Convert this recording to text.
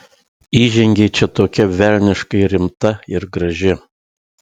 įžengei čia tokia velniškai rimta ir graži